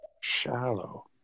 shallow